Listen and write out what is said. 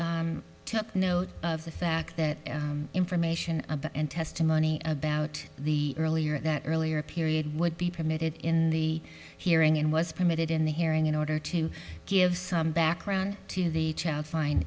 took note of the fact that information about testimony about the earlier that earlier period would be permitted in the hearing and was permitted in the hearing in order to give some background to the child fin